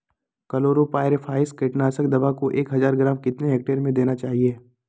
Chlorpyrifos कीटनाशक दवा को एक हज़ार ग्राम कितना हेक्टेयर में देना चाहिए?